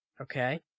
okay